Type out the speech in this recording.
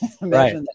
right